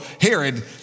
Herod